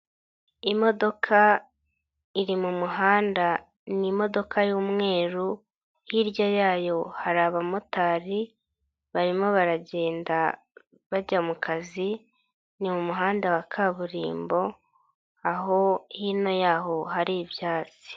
Imodoka iri mu muhanda ni imodoka y'umweru hirya yayo hari abamotari barimo baragenda bajya mu kazi ni mu muhanda wa kaburimbo aho hino yaho hari ibyatsi.